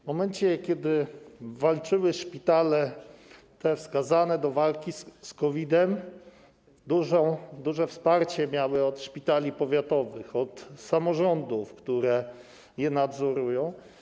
W momencie kiedy walczyły szpitale wskazane do walki z COVID-em, duże wsparcie miały od szpitali powiatowych, od samorządów, które je nadzorują.